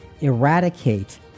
eradicate